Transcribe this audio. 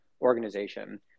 organization